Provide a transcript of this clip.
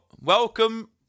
Welcome